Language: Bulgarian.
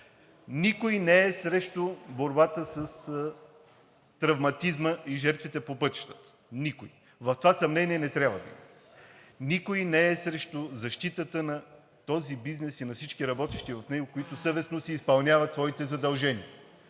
Никой не е срещу борбата с травматизма и жертвите по пътищата. Никой! В това съмнение не трябва да има. Никой не е срещу защитата на този бизнес и на всички работещи в него, които съвестно изпълняват своите задължения.